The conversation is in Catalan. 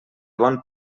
bon